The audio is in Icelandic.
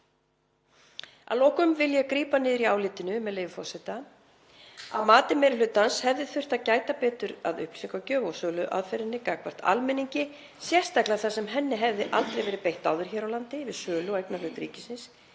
Að lokum vil ég grípa niður í álitinu, með leyfi forseta: „Að mati meiri hlutans hefði þurft að gæta betur að upplýsingagjöf um söluaðferðina gagnvart almenningi, sérstaklega þar sem henni hafði aldrei verið beitt áður hér á landi við sölu á eignarhlut ríkisins